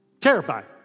Terrified